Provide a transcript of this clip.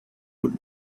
could